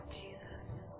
Jesus